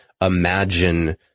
imagine